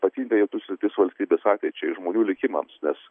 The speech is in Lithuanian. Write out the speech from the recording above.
ypatingai jautri sritis valstybės ateičiai žmonių likimams nes